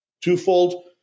twofold